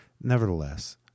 Nevertheless